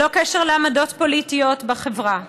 ללא קשר לעמדות פוליטיות בחברה.